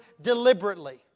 deliberately